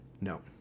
No